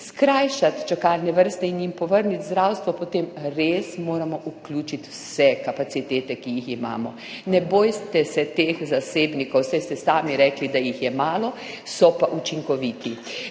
skrajšati čakalne vrste in jim povrniti zdravstvo, potem res moramo vključiti vse kapacitete, ki jih imamo. Ne bojte se teh zasebnikov, saj ste sami rekli, da jih je malo, so pa učinkoviti. Ne